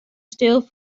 stil